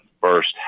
first